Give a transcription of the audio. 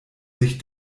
sich